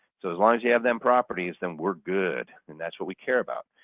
so as long as you have them properties, then we're good and that's what we care about.